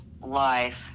life